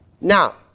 Now